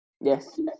Yes